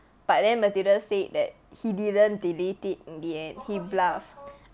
but then matilda said that he didn't delete it in the end he bluffed